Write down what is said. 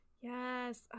Yes